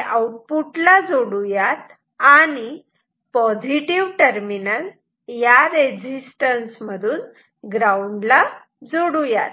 output ला जोडू यात आणि पॉझिटिव्ह टर्मिनल या रेझिस्टन्स मधून ग्राऊंड ला जोडू यात